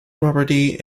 property